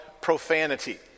profanity